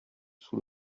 sous